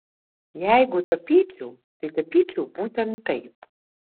jeigu tapyčiau tai tapyčiau būtent taip